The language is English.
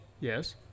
Yes